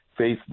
Facebook